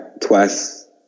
twice